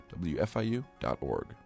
wfiu.org